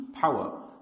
power